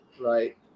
right